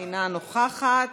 אינה נוכחת,